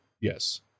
Yes